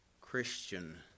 Christian